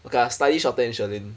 okay lah slightly shorter than shirlene